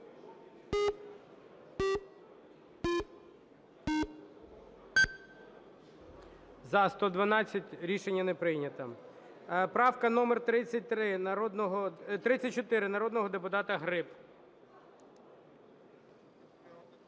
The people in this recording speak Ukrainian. За-112 Рішення не прийнято. Правка номер 34 народного депутата Гриб.